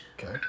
Okay